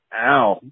ow